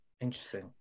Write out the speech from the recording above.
interesting